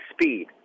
speed